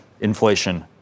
inflation